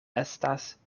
estas